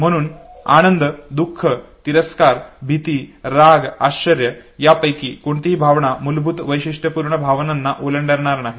म्हणून आनंद दुख तिरस्कार भीती राग आश्चर्य यापैकी कोणतीही भावना मूलभूत वैशिष्ट्यपूर्ण भावनांना ओलांडणार नाही